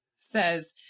says